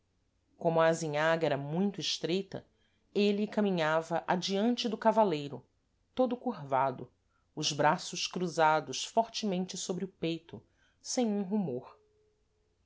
como a azinhaga era muito estreita êle caminhava adiante do cavaleiro todo curvado os braços cruzados fortemente sôbre o peito sem um rumor